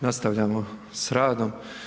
Nastavljamo s radom.